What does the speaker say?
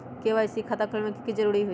KYC के खाता खुलवा में की जरूरी होई?